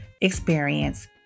experience